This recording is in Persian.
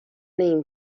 این